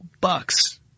bucks